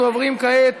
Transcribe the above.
אנחנו עוברים כעת